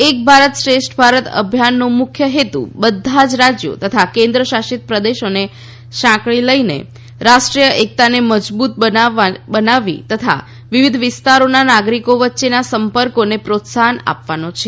એક ભારત શ્રેષ્ઠ ભારત અભિયાનનો મુખ્ય હેતુ બધા જ રાજ્યો તથા કેન્દ્ર શાસિત પ્રદેશોને સાંકળી લઈને રાષ્ટ્રીય એકતાને મજબૂત બનાવવી તથા વિવિધ વિસ્તારોના નાગરિકો વચ્ચેના સંપર્કને પ્રોત્સાહન આપવાનો છે